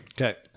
okay